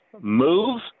move